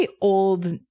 old